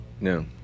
No